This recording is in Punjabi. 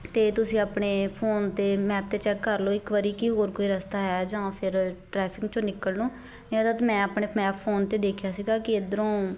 ਅਤੇ ਤੁਸੀਂ ਆਪਣੇ ਫ਼ੋਨ 'ਤੇ ਮੈਪ 'ਤੇ ਚੈੱਕ ਕਰ ਲਓ ਇੱਕ ਵਾਰੀ ਕਿ ਹੋਰ ਕੋਈ ਰਸਤਾ ਹੈ ਜਾਂ ਫਿਰ ਟ੍ਰੈਫਿਕ 'ਚੋਂ ਨਿਕਲ ਨੂੰ ਇਹਦਾ ਤਾਂ ਮੈਂ ਆਪਣੇ ਮੈਪ ਫ਼ੋਨ 'ਤੇ ਦੇਖਿਆ ਸੀਗਾ ਕਿ ਇੱਧਰੋਂ